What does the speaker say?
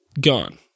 gone